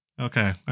Okay